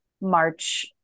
March